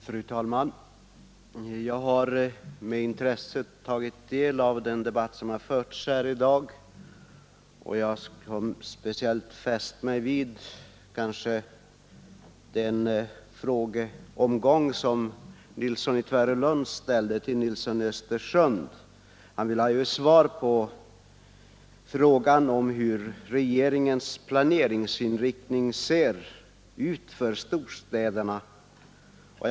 Fru talman! Jag har med intresse tagit del av den debatt som har förts här i dag. Speciellt har jag kanske fäst mig vid den frågeomgång som herr Nilsson i Tvärålund riktade till herr Nilsson i Östersund. Han ville ju ha svar på frågan om hur regeringens planeringsinriktning för storstäderna ser ut.